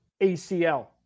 ACL